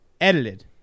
Edited